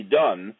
done